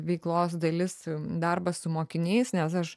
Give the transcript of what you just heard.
veiklos dalis darbas su mokiniais nes aš